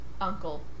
Uncle